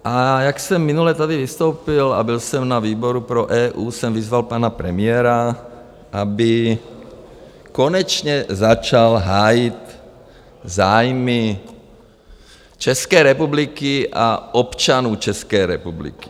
A jak jsem minule tady vystoupil a byl jsem na výboru pro EU, jsem vyzval pana premiéra, aby konečně začal hájit zájmy České republiky a občanů České republiky.